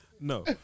No